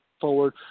forward